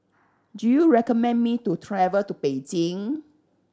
do you recommend me to travel to Beijing